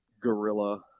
gorilla